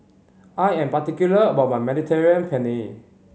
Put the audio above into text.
I am particular about my Mediterranean Penne